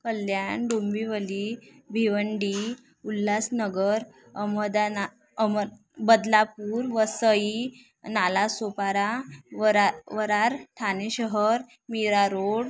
कल्याण डोंबिवली भिवंडी उल्हासनगर अमदाना अम बदलापूर वसई नालासोपारा वरा विरार ठाणे शहर मीरा रोड